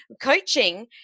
Coaching